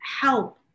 help